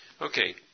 Okay